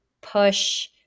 push